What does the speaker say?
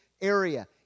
area